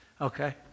Okay